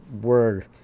word